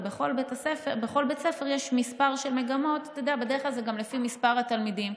ובכל בית ספר יש בדרך כלל מספר של מגמות לפי מספר התלמידים,